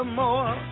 more